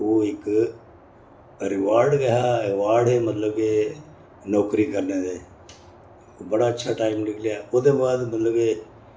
ते ओह् इक्क रिवार्ड गै हा अवार्ड हे मतलब के नौकरी करने दे बड़ा अच्छा टाइम निकलेआ ओह्दे बाद मतलब के